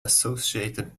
associated